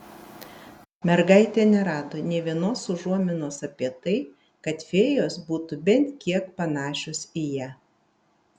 mergaitė nerado nė vienos užuominos apie tai kad fėjos būtų bent kiek panašios į ją